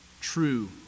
true